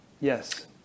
Yes